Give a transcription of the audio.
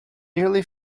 nearly